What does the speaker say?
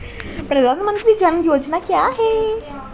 प्रधानमंत्री जन धन योजना क्या है?